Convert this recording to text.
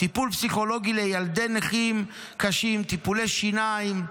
טיפול פסיכולוגי לילדי נכים קשים, טיפולי שיניים,